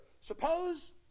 Suppose